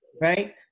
right